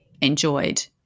enjoyed